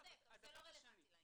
אתה צודק אבל זה לא רלוונטי לעניין.